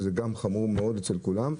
שזה גם חמור מאוד אצל כולם,